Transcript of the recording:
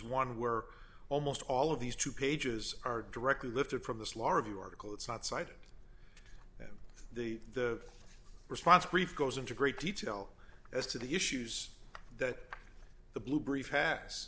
one we're almost all of these two pages are directly lifted from this law review article it's not cited the the response brief goes into great detail as to the issues that the blue brief